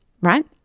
right